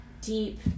deep